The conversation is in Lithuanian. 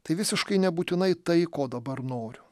tai visiškai nebūtinai tai ko dabar noriu